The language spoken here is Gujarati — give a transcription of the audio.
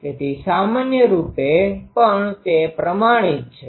તેથી સામાન્ય રૂપે પણ તે પ્રમાણિત છે